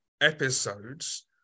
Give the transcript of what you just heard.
episodes